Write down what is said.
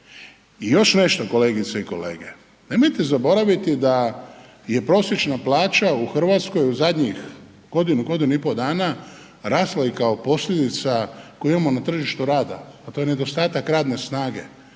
I još nešto kolegice i kolege, nemojte zaboraviti da je prosječna plaća u Hrvatskoj u zadnjih godinu, godinu i pol dana rasla i kao posljedica koju imamo na tržištu rada, a to je nedostatak radne snage.